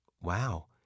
Wow